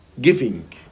giving